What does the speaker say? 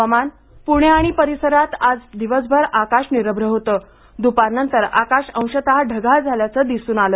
हवामान पूणे आणि परिसरात आज दिवसभर आकाश निरभ्र होते द्पारनंतर आकाश अंशतः ढगाळ झाल्याचे दिसून आले